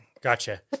Gotcha